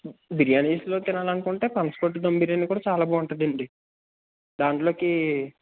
బిర్యానీస్లో తినాలనుకుంటే పనస పొట్టు దమ్ బిర్యానీ కూడా చాలా బాగుంటుందండి దాంట్లోకి